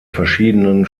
verschiedenen